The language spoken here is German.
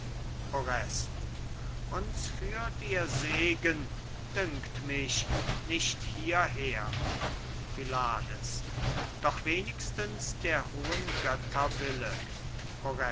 uns führt ihr segen dünkt mich nicht hierher pylades doch wenigstens der hohen